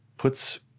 puts